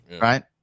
Right